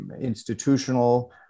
institutional